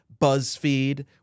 BuzzFeed